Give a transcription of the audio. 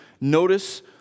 notice